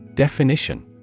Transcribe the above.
Definition